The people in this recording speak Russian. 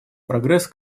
прогресс